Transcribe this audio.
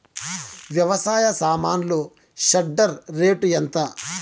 వ్యవసాయ సామాన్లు shredder rate ఎంత?